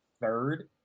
third